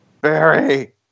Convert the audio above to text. Barry